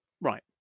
Right